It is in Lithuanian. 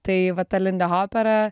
tai va ta lindihopera